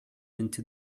into